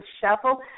shuffle